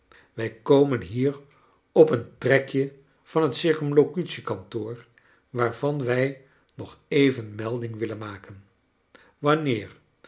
wij komen hier op een trekje van het circumlocutie kantoor waarvan wij nog even melding willen maken wanneer